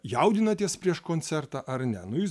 jaudinatės prieš koncertą ar ne nu jūs